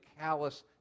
callous